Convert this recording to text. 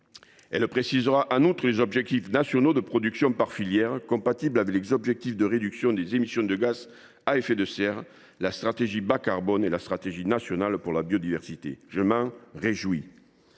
Elle précisera en outre, par filière, des objectifs nationaux de production compatibles avec les objectifs de réduction des émissions de gaz à effet de serre, la stratégie bas carbone et la stratégie nationale pour la biodiversité. Je m’en réjouis.